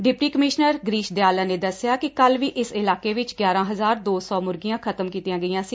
deputy commissioner Girish Dayalan ਨੇ ਦਸਿਆ ਕਿ ਕੱਲੁ ਵੀ ਇਸ ਇਲਾਕੇ ਵਿਚ ਗਿਆਰਾਂ ਹਜ਼ਾਰ ਦੋ ਸੌ ਮੁਰਗੀਆਂ ਖਤਮ ਕੀਤੀਆਂ ਗਈਆਂ ਸੀ